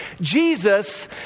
Jesus